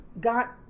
got